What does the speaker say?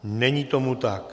Není tomu tak.